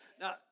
Now